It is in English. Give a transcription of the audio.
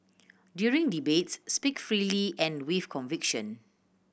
during debates speak freely and with conviction